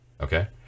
okay